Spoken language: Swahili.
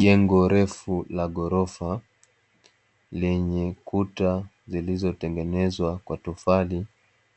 Jengo refu la ghorofa lenye kuta zilizotengenezwa kwa tofali